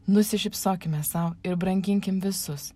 nusišypsokime sau ir branginkim visus